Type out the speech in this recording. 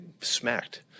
smacked